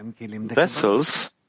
vessels